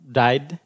died